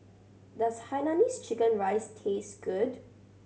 does Hainanese chicken rice taste good